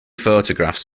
photographs